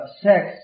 sex